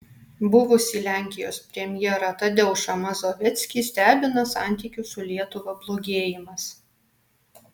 buvusį lenkijos premjerą tadeušą mazoveckį stebina santykių su lietuva blogėjimas